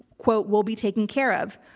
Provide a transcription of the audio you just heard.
quote, will be taken care of.